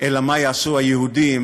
אלא מה יעשו היהודים"